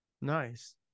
Nice